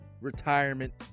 Retirement